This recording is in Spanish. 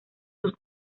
sus